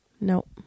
Nope